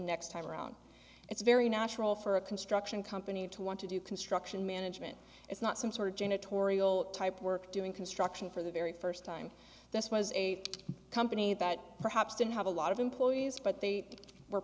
next time around it's very natural for a construction company to want to do construction management it's not some sort of janitorial type work doing construction for the very first time this was a company that perhaps didn't have a lot of employees but they were